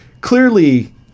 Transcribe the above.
clearly